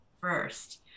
first